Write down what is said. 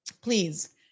Please